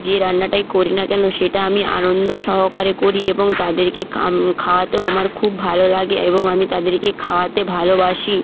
যে রান্নাটাই করি না কেন সেটা আমি আনন্দ সহকারে করি এবং তাদেরকে খা খাওয়াতেও আমার খুব ভালো লাগে এবং আমি তাদেরকে খাওয়াতে ভালোবাসি